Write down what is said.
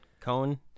Cohen